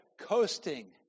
coasting